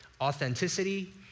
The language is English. authenticity